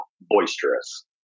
boisterous